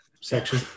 section